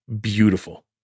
beautiful